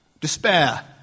despair